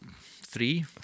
Three